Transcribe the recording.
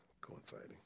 coinciding